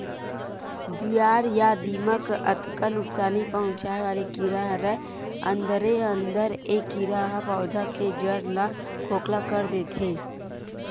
जियार या दिमक अतका नुकसानी पहुंचाय वाले कीरा हरय अंदरे अंदर ए कीरा ह पउधा के जर ल खोखला कर देथे